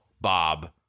Bob